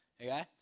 Okay